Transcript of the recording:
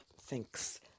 Thanks